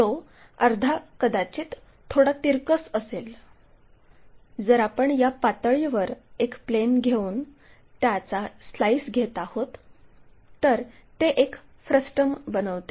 तो अर्धा कदाचित थोडा तिरकस असेल जर आपण या पातळीवर एक प्लेन घेऊन त्याचा स्लाइस घेत आहोत तर ते एक फ्रस्टम बनवते